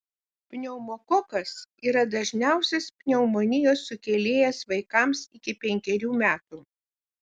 pneumokokas yra dažniausias pneumonijos sukėlėjas vaikams iki penkerių metų